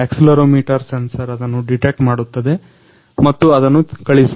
accelerometer sensor ಅದನ್ನ detect ಮಾಡುತ್ತದೆ ಮತ್ತು ಅದನ್ನ ಕಳಿಸುತ್ತದೆ